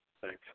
Thanks